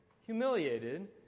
humiliated